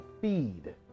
feed